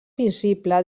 visible